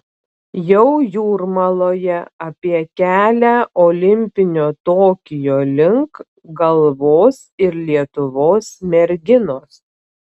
jau jūrmaloje apie kelią olimpinio tokijo link galvos ir lietuvos merginos